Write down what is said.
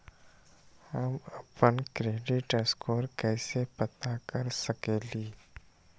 हम अपन credit score कैसे पता कर सकेली?